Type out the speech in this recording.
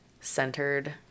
centered